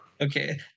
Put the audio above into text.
Okay